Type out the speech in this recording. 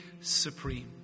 supreme